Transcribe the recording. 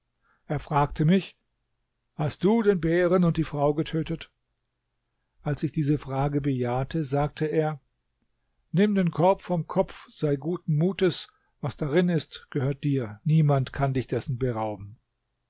er fragte mich hast du den bären und die frau getötet als ich diese frage bejahte sagte er nimm den korb vom kopf sei guten mutes was darin ist gehört dir niemand kann dich dessen berauben